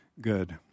good